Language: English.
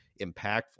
impactful